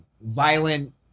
violent